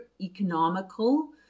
economical